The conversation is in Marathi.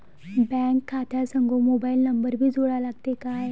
बँक खात्या संग मोबाईल नंबर भी जोडा लागते काय?